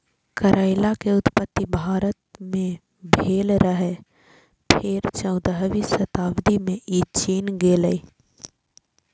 करैला के उत्पत्ति भारत मे भेल रहै, फेर चौदहवीं शताब्दी मे ई चीन गेलै